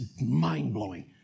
mind-blowing